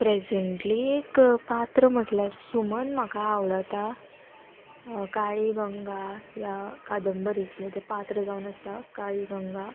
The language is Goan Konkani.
प्रेजेंटली एक पात्र म्हटल्यार सुमन म्हाका आवडटा काळीगंगा ह्या कादंबरींतलें तें पात्र जावन आसा काळीगंगा